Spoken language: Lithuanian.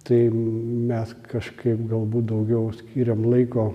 tai mes kažkaip galbūt daugiau skyrėm laiko